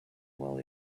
well